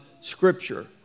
Scripture